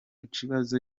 kibazo